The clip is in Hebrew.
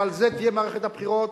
ועל זה תהיה מערכת הבחירות,